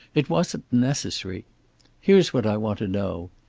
it wasn't necessary here's what i want to know.